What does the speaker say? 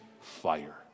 fire